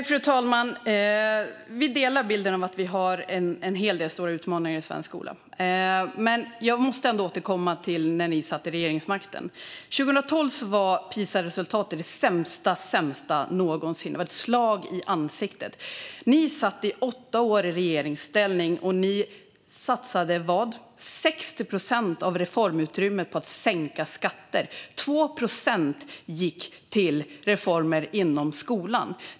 Fru talman! Vi delar bilden att vi har en hel del stora utmaningar i svensk skola. Men jag måste ändå återkomma till tiden när ni satt vid regeringsmakten. År 2012 var PISA-resultatet det sämsta någonsin. Det var ett slag i ansiktet. Ni satt åtta år i regeringsställning, och ni satsade 60 procent av reformutrymmet på att sänka skatter. 2 procent gick till reformer inom skolan.